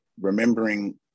remembering